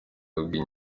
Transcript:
yabwiye